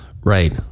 right